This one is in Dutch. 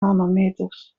nanometers